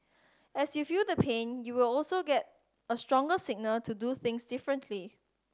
as you feel the pain you will also get a stronger signal to do things differently